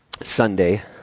Sunday